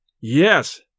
Yes